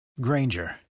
Granger